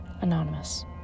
Anonymous